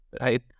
right